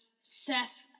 Seth